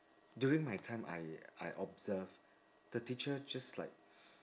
during my time I I observe the teacher just like